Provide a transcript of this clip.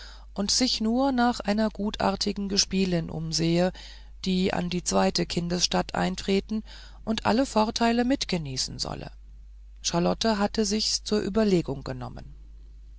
und sich nur nach einer gutartigen gespielin umsehe die an die zweite kindesstatt eintreten und alle vorteile mitgenießen solle charlotte hatte sichs zur überlegung genommen